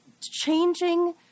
changing